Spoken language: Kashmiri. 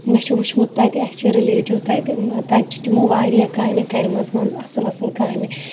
مےٚ چھُ وُچھمُت تَتہِ اَسہِ چھِ رِلیٹِو تَتہِ تَتہِ چھِ تِمو واریاہ کامہِ کَرمٕژ مان ژٕ اَصٕل اَصٕل کامہِ